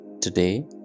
today